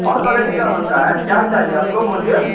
हर quality का बनता है क्या चाहिए आपको बोलिए